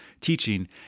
teaching